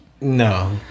No